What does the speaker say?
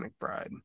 McBride